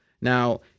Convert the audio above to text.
Now